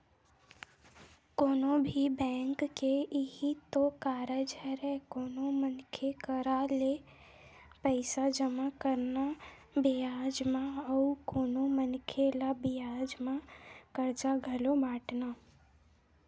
कोनो भी बेंक के इहीं तो कारज हरय कोनो मनखे करा ले पइसा जमा करना बियाज म अउ कोनो मनखे ल बियाज म करजा घलो बाटना